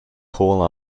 call